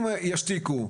אם ישתיקו,